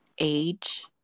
age